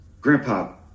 Grandpa